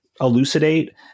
elucidate